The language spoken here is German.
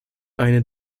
eine